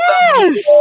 Yes